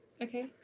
Okay